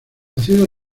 nacido